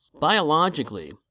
Biologically